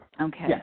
Okay